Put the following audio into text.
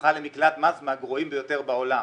הפכה למקלט מס מהגרועים ביותר בעולם,